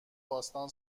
باستان